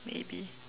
maybe